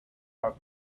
are